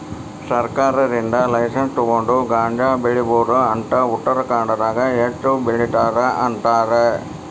ಸರ್ಕಾರದಿಂದ ಲೈಸನ್ಸ್ ತುಗೊಂಡ ಗಾಂಜಾ ಬೆಳಿಬಹುದ ಅಂತ ಉತ್ತರಖಾಂಡದಾಗ ಹೆಚ್ಚ ಬೆಲಿತಾರ ಅಂತಾರ